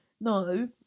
No